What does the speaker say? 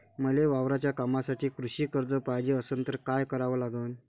मले वावराच्या कामासाठी कृषी कर्ज पायजे असनं त काय कराव लागन?